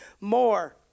more